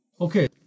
Okay